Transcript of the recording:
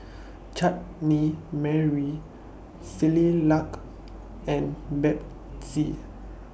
Chutney Mary Similac and Betsy